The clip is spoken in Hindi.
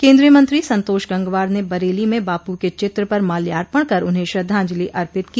केन्द्रीय मंत्री संतोष गंगवार ने बरेली में बापू के चित्र पर माल्यार्पण कर उन्हें श्रद्धांजलि अर्पित की